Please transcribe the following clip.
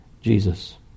Jesus